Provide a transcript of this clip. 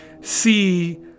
see